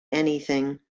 anything